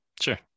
sure